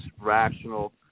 rational